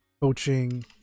coaching